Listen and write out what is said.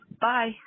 Bye